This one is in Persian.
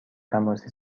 تماسی